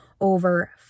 over